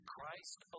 Christ